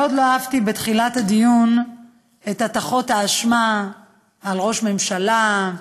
מאוד לא אהבתי בתחילת הדיון את הטחות האשמה בראש הממשלה,